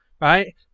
right